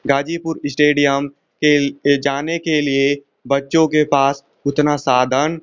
Ghazipur stadium खेल ये जाने के लिए बच्चों के पास उतना साधन